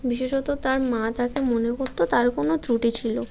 বিশেষত তার মা তাকে মনে করত তার কোনো ত্রুটি ছিলো